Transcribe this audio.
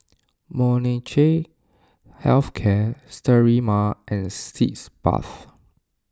Molnylcke Health Care Sterimar and Sitz Bath